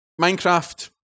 Minecraft